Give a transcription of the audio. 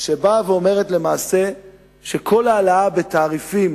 שאומרת שכל העלאה בתעריפים